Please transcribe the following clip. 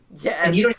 Yes